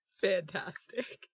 Fantastic